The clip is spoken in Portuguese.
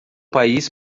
país